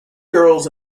girls